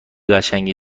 قشنگی